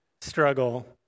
struggle